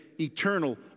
eternal